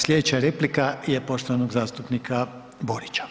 Slijedeća replika je poštovanog zastupnika Borića.